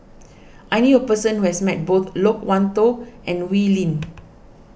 I knew a person who has met both Loke Wan Tho and Wee Lin